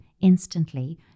instantly